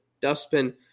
dustbin